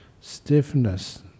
stiffness